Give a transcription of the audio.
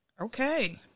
Okay